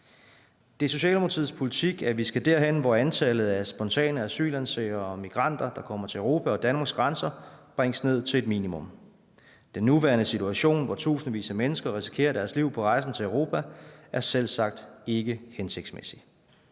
Det er Socialdemokratiets politik, at vi skal derhen, hvor antallet af spontane asylansøgere og migranter, der kommer til Europas og Danmarks grænser, bringes ned til et minimum. Den nuværende situation, hvor tusindvis af mennesker risikerer deres liv på rejsen til Europa, er selvsagt ikke hensigtsmæssig.